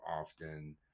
often